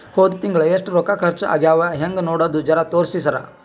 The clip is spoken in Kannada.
ಹೊದ ತಿಂಗಳ ಎಷ್ಟ ರೊಕ್ಕ ಖರ್ಚಾ ಆಗ್ಯಾವ ಹೆಂಗ ನೋಡದು ಜರಾ ತೋರ್ಸಿ ಸರಾ?